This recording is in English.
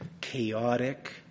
chaotic